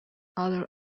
other